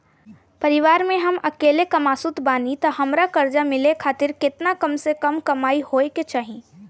परिवार में हम अकेले कमासुत बानी त हमरा कर्जा मिले खातिर केतना कम से कम कमाई होए के चाही?